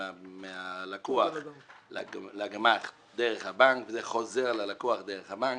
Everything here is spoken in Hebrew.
מהלקוח לגמ"ח דרך הבנק וחוזר ללקוח דרך הבנק,